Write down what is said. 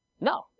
No